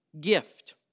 gift